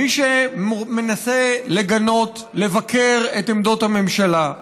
מי שמנסה לגנות, לבקר את עמדות הממשלה,